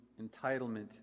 entitlement